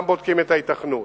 גם בודקים את ההיתכנות.